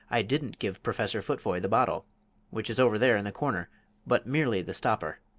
i didn't give professor futvoye the bottle which is over there in the corner but merely the stopper.